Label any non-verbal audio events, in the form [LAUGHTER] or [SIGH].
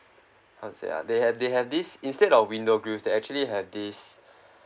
how to say ah they have they have this instead of window grills they actually have this [BREATH]